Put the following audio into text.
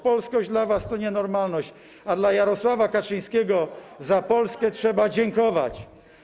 Polskość dla was to nienormalność, a dla Jarosława Kaczyńskiego - według niego za Polskę trzeba dziękować.